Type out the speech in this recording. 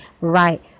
right